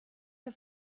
her